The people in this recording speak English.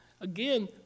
Again